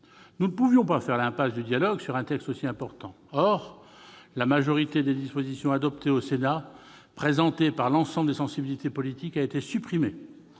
Nous ne pouvions pas faire l'impasse sur le dialogue s'agissant d'un projet de loi aussi important. Or la majorité des dispositions adoptées au Sénat, soutenues par l'ensemble des sensibilités politiques, ont été supprimées